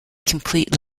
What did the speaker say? complete